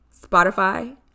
Spotify